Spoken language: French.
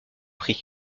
prix